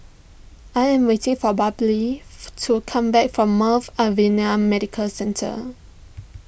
I am waiting for to come back from Mount Alvernia Medical Centre